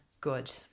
good